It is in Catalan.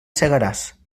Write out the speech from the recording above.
segaràs